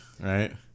right